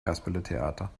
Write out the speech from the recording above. kasperletheater